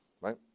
right